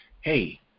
hey –